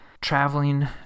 traveling